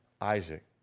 Isaac